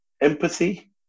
empathy